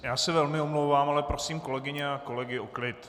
Já se velmi omlouvám, ale prosím kolegyně a kolegy o klid.